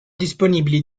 disponibili